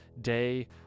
day